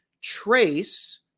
trace